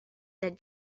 that